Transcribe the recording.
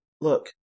Look